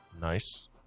Nice